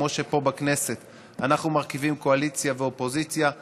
כמו שפה בכנסת אנחנו מרכיבים קואליציה ואופוזיציה,